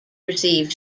receive